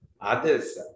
others